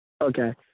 Okay